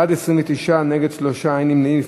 בעד, 29, נגד, 3, אין נמנעים.